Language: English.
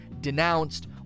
denounced